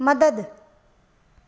मदद